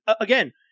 again